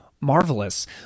Marvelous